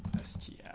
s t yeah